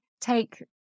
take